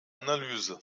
analyse